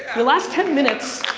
the last ten minutes.